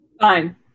Fine